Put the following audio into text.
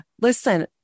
listen